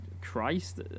christ